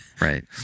right